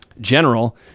general